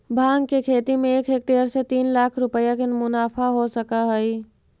भाँग के खेती में एक हेक्टेयर से तीन लाख रुपया के मुनाफा हो सकऽ हइ